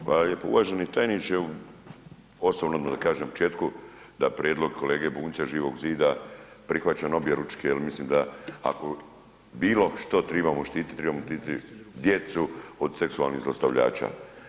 Hvala lijepo, uvaženi tajniče osobno da ne kažem u početku, da prijedlog kolege Bunjca iz Živog zida prihvaćen objeručke jer mislim da ako bilo što tribamo štititi, tribamo štiti djecu od seksualnih zlostavljača.